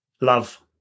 Love